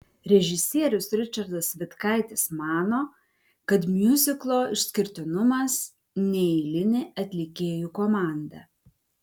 režisierius ričardas vitkaitis mano kad miuziklo išskirtinumas neeilinė atlikėjų komanda